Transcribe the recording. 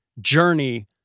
journey